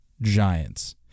Giants